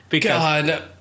God